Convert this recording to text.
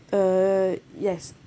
err yes